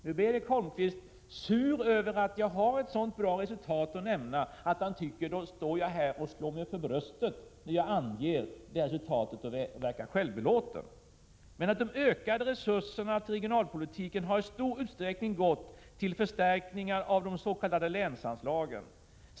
Nu blir Erik Holmkvist sur över att jag kan nämna ett så bra resultat — han tycker att jag slår mig för bröstet och verkar självbelåten, när jag redovisar detta resultat. De ökade resurserna till regionalpolitiken har i stor utsträckning gått till förstärkningar av de s.k. länsanslagen.